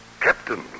Captain